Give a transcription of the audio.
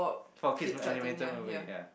from kids animated movie ya